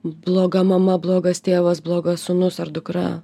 bloga mama blogas tėvas blogas sūnus ar dukra